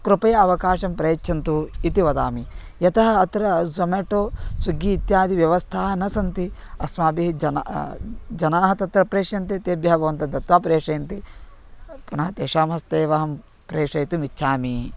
कृपया अवकाशं प्रयच्छन्तु इति वदामि यतः अत्र ज़ोमेटो स्विग्गि इत्यादि व्यवस्थाः न सन्ति अस्माभिः जन जनाः तत्र प्रेष्यन्ते तेभ्यः भवन्तः दत्वा प्रेषयन्ति पुनः तेषां हस्ते एव अहं प्रेषयितुमिच्छामि